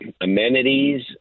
amenities